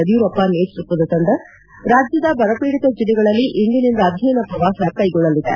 ಯಡಿಯೂರಪ್ಪ ನೇತೃತ್ವದ ತಂಡ ರಾಜ್ಯದ ಬರಪೀಡಿತ ಜಿಲ್ಲೆಗಳಲ್ಲಿ ಇಂದಿನಿಂದ ಅಧ್ಯಯನ ಪ್ರವಾಸ ಕೈಗೊಳ್ಳಲಿದೆ